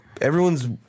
everyone's